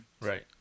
Right